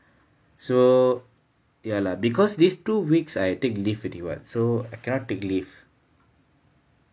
so ya lah because these two weeks I take leave already what so I cannot take leave